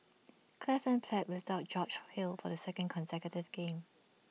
cleveland played without George hill for the second consecutive game